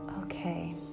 Okay